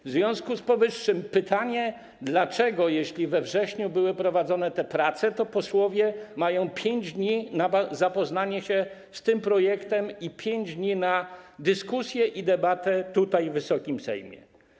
W związku z powyższym pytanie: Dlaczego, jeśli we wrześniu były prowadzone te prace, posłowie mają 5 dni na zapoznanie się z tym projektem i 5 dni na dyskusję i debatę tutaj, w Wysokim Sejmie?